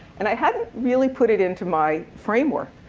and i hadn't really put it into my framework.